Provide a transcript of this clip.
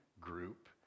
group